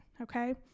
okay